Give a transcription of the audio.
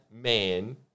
man